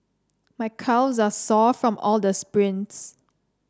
my calves are sore from all the sprints